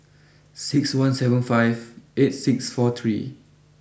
six one seven five eight six four three